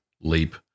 leap